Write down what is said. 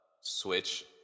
switch